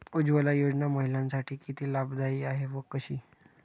उज्ज्वला योजना महिलांसाठी किती लाभदायी आहे व कशी?